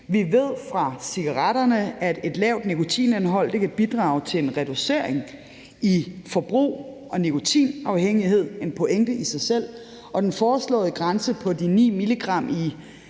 Vi ved fra cigaretterne, at et lavt nikotinindhold kan bidrage til en reducering i forbrug og nikotinafhængighed. Det er en pointe i sig selv. Og den foreslåede grænse på de 9 mg i